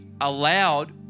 allowed